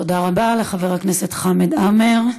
תודה רבה לחבר הכנסת חמד עמאר.